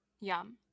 Yum